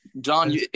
John